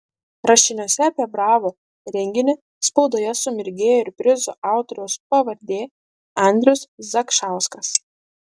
rašiniuose apie bravo renginį spaudoje sumirgėjo ir prizų autoriaus pavardė andrius zakšauskas